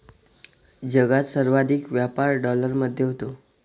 जगात सर्वाधिक व्यापार डॉलरमध्ये होतो